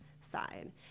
side